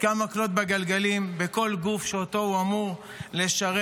יתקע מקלות בגלגלים בכל גוף שאותו הוא אמור לשרת,